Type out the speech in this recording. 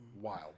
Wild